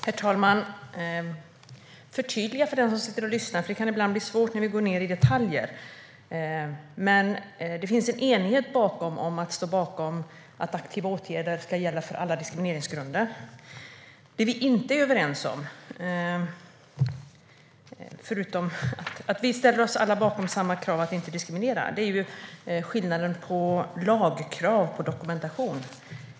Herr talman! Jag vill förtydliga vissa saker för dem som sitter och lyssnar, för det kan ibland bli svårt när vi går ned på detaljnivå. Det finns en enighet om att stå bakom att aktiva åtgärder ska gälla för alla diskrimineringsgrunder. Vi ställer oss alla bakom samma krav om att inte diskriminera. Det vi inte är överens om gäller lagkrav på dokumentation.